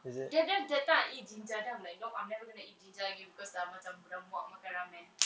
tiada that time I eat jinjja then I'm like you know I'm never gonna eat jinjja again because dah macam mula muak makan ramyeon